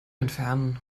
entfernen